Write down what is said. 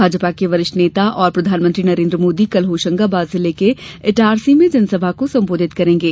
भाजपा के वरिष्ठ नेता और प्रधानमंत्री नरेन्द्र मोदी कल होशंगाबाद जिले इटारसी में जनसभा को संबोधित करेंगे